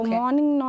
morning